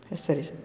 S ಸರಿ sir